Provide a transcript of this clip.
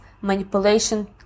manipulation